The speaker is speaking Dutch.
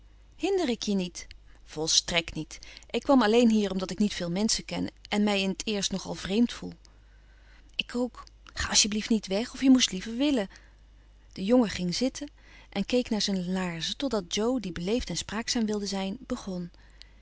hinder ik je niet volstrekt niet ik kwam alleen hier omdat ik niet veel menschen ken en mij in het eerst nogal vreemd voel ik ook ga als t je blieft niet weg of je moest liever willen de jongen ging weer zitten en keek naar zijn laarzen totdat jo die beleefd en spraakzaam wilde zijn begon